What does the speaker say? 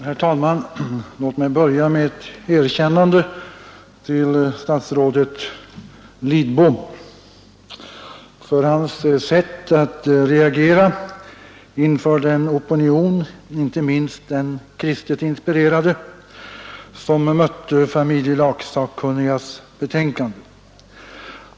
Herr talman! Låt mig börja med ett erkännande till statsrådet Lidbom för hans sätt att reagera inför den opinion, inte minst den kristligt inspirerade, som mötte familjelagssakkunnigas betänkande.